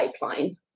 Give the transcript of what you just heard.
pipeline